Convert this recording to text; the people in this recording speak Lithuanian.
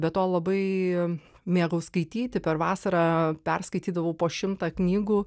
be to labai mėgau skaityti per vasarą perskaitydavau po šimtą knygų